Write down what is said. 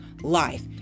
life